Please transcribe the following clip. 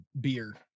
beer